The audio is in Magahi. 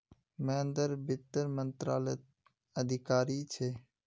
महेंद्र वित्त मंत्रालयत अधिकारी छे